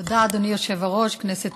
יוצא